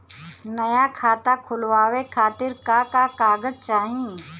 नया खाता खुलवाए खातिर का का कागज चाहीं?